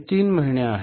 हे तीन महिने आहेत